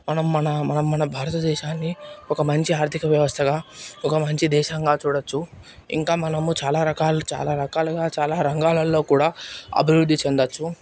మనం మన మనం మన భారతదేశాన్ని ఒక మంచి ఆర్థిక వ్యవస్థగా ఒక మంచి దేశంగా చూడొచ్చు ఇంకా మనము చాలా రకాలు చాలా రకాలుగా చాలా రంగాలల్లో కూడా అభివృద్ధి చెందొచ్చు